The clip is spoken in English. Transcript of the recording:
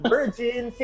Virgin